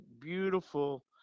beautiful